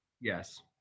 Yes